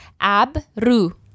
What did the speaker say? Abru